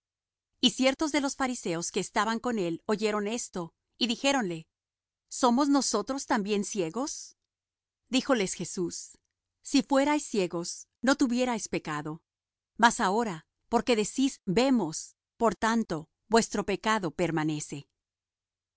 y ciertos de los fariseos que estaban con él oyeron esto y dijéronle somos nosotros también ciegos díjoles jesús si fuerais ciegos no tuvierais pecado mas ahora porque decís vemos por tanto vuestro pecado permanece